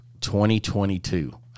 2022